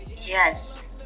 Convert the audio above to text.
Yes